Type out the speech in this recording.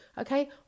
Okay